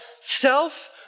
self